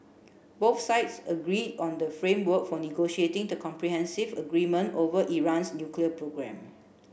both sides agree on the framework for negotiating the comprehensive agreement over Iran's nuclear programme